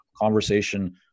conversation